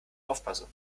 aufpasse